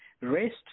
rest